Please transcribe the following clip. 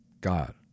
God